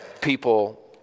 people